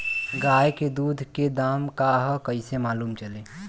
गाय के दूध के दाम का ह कइसे मालूम चली?